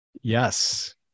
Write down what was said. Yes